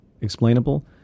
explainable